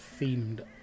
themed